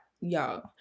y'all